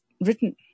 written